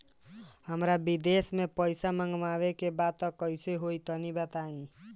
हमरा विदेश से पईसा मंगावे के बा कइसे होई तनि बताई?